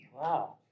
Wow